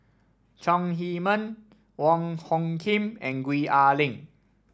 Chong Heman Wong Hung Khim and Gwee Ah Leng